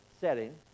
setting